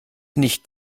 nicht